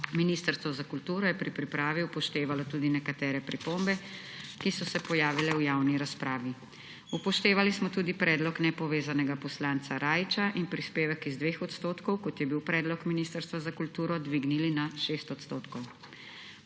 Ministrstvo za kulturo je pri pripravi upoštevalo tudi nekatere pripombe, ki so se pojavile v javni razpravi. Upoštevali smo tudi predlog nepovezanega poslanca Rajića in prispevek z 2 % odstotkov, kot je bil predlog Ministrstva za kulturo, dvignili na 6 %.